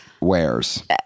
wares